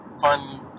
fun